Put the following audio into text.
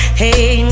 hey